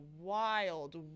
wild